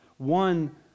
One